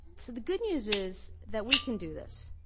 so the good news is that we can do this,